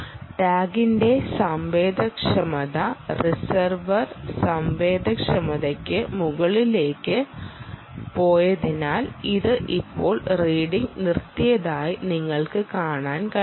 ടാഗിന്റെ സംവേദനക്ഷമത റിസീവർ സംവേദനക്ഷമതയ്ക്ക് മുകളിലേക്കു പോയതിനാൽ ഇത് ഇപ്പോൾ റീഡിങ്ങ് നിർത്തിയതായി നിങ്ങൾക്ക് കാണാൻ കഴിയും